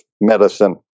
medicine